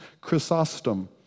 Chrysostom